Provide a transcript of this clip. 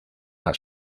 las